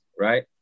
right